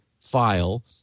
file